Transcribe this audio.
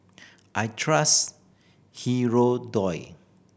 I trust Hirudoid